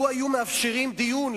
לו היו מאפשרים דיון,